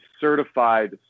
certified